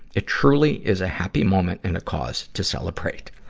it truly is a happy moment and a cause to celebrate.